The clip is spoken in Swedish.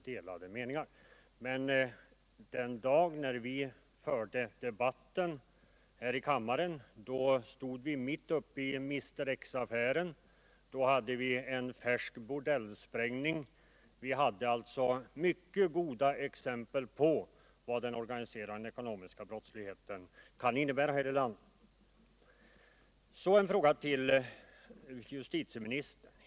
Den dag när vi förde debatten senast — den 13 april — stod vi mitt uppe i Mr X affären och en bordellsprängning hade nyligen skett — vi hade alltså mycket goda exempel på vad den organiserade ekonomiska brottsligheten här i landet kan innebära. Så en fråga till justitieministern.